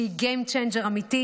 שהיא game changer אמיתי,